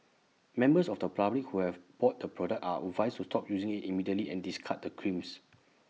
members of the public who have bought the product are advised to stop using IT immediately and discard the creams